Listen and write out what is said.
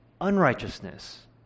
unrighteousness